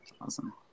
Awesome